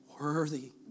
Worthy